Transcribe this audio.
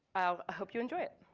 hope you enjoy it.